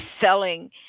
selling